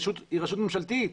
היא רשות ממשלתית.